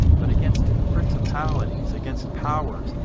but against principalities, against powers,